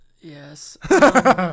Yes